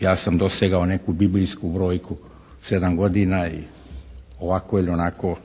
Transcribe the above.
ja sam dosegao neku biblijsku brojku sedam godina i ovako ili onako